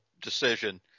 decision